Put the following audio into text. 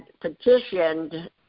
petitioned